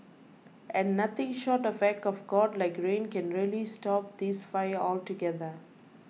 and nothing short of act of God like rain can really stop this fire altogether